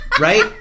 Right